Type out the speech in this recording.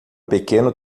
pequeno